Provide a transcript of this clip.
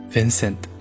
Vincent 》 ，